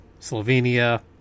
Slovenia